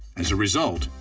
as a result,